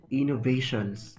innovations